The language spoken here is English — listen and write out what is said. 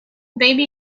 baby